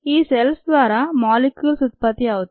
ఈ సెల్స్ ద్వారా మోలిక్యూల్స్ ఉత్పత్తి అవుతాయి